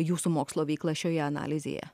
jūsų mokslo veiklą šioje analizėje